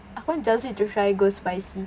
I want jazi to try ghost spicy